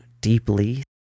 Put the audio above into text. deeply